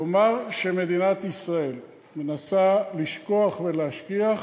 לומר שמדינת ישראל מנסה לשכוח ולהשכיח,